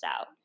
out